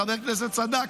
חבר הכנסת צדק,